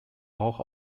rauch